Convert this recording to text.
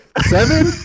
seven